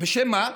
בשם מה?